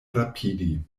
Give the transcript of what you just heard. rapidi